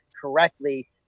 correctly